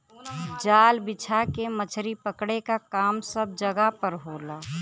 जाल बिछा के मछरी पकड़े क काम सब जगह पर होला